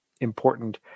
important